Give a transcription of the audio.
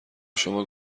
شما